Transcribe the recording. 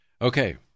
Okay